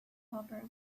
helper